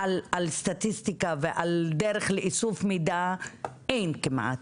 על סטטיסטיקה ועל דרך איסוף מידע אין כמעט.